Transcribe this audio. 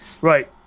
Right